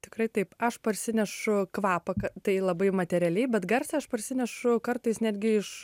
tikrai taip aš parsinešu kvapą tai labai materialiai bet garsą aš parsinešu kartais netgi iš